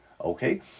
okay